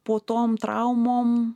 po tom traumom